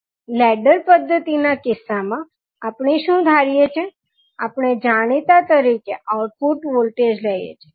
ladder પદ્ધતિ ના કિસ્સામાં આપણે શું ધારીએ છીએ આપણે જાણીતા તરીકે આઉટપુટ વોલ્ટેજ લઈએ છીએ